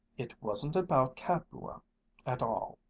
it wasn't about capua at all,